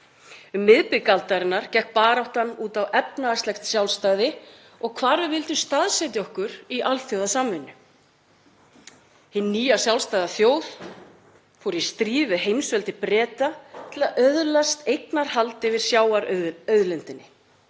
Um miðbik aldarinnar gekk baráttan út á efnahagslegt sjálfstæði og hvar við vildum staðsetja okkur í alþjóðasamvinnu. Hin nýja sjálfstæða þjóð fór í stríð við heimsveldi Breta til að öðlast eignarhald yfir sjávarauðlindinni.